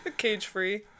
cage-free